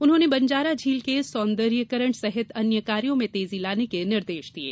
उन्होंने बंजारा झील के सौंदर्यीकरण सहित अन्य कार्यो में तेजी लाने के निर्देश दिये